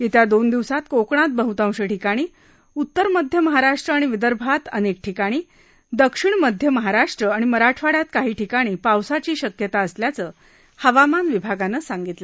येत्या दोन दिवसात कोकणात बहुतांश ठिकाणी उत्तर मध्य महाराष्ट्र आणि विदर्भात अनेक ठिकाणी दक्षिण मध्य महाराष्ट्र आणि मराठवाड्यात काही ठिकाणी पावसाची शक्यता असल्याचं हवामान विभागानं सांगितलं